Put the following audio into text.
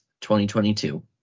2022